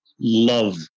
love